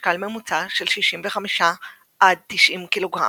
ולמשקל ממוצע של 65 עד 90 ק"ג.